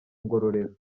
ngororero